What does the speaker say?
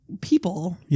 people